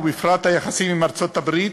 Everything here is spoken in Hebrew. ובפרט היחסים עם ארצות-הברית,